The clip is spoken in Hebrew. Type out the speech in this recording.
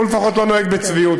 הוא לפחות לא נוהג בצביעות,